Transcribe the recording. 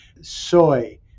Soy